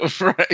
Right